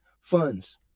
funds